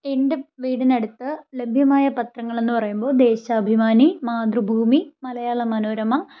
എൻ്റെ വീടിനടുത്ത് ലഭ്യമായ പത്രങ്ങൾ എന്ന് പറയുമ്പോൾ ദേശാഭിമാനി മാതൃഭൂമി മലയാള മനോരമ